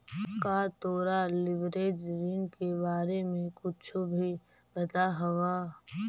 का तोरा लिवरेज ऋण के बारे में कुछो भी पता हवऽ?